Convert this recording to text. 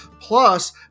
Plus